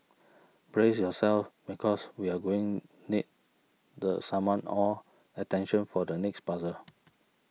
brace yourselves because we're going need to summon all attention for the next puzzle